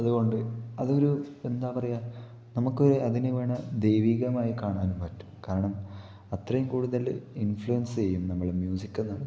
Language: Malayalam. അതുകൊണ്ട് അതൊരു എന്താ പറയുക നമുക്ക് അതിനെ വേണേൽ ദൈവികമായി കാണാനും പറ്റും കാരണം അത്രയും കൂടുതല് ഇന്ഫ്ലുവെന്സ് ചെയ്യും നമ്മളെ മ്യൂസിക് ഇന്ന്